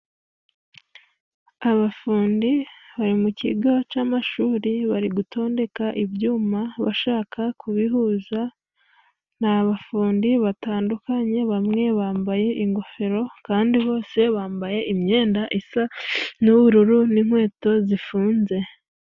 Abafundi bari mu kigo cy'amashuri bari gutondeka ibyuma bashaka kubihuza. Ni abafundi batandukanye bamwe bambaye ingofero kandi bose bambaye imyenda isa n'ubururu n'inkweto zifunze.